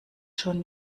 schon